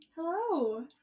Hello